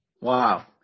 Wow